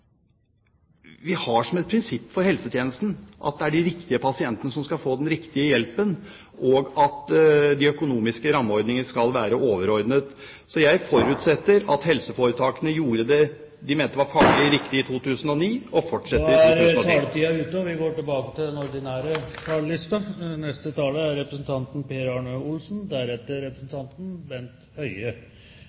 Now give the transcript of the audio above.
Vi har som et prinsipp for helsetjenesten at riktig pasient skal få den riktige hjelpen, og at de økonomiske rammeordninger skal være overordnet, så jeg forutsetter at helseforetakene gjorde det de mente var faglig riktig i 2009 og fortsetter med det i 2010. Replikkordskiftet er over. I dag skulle vi hatt en gledens dag. I dag skulle vi sett konturene av fremtidens Helse-Norge. I stedet ser vi side opp og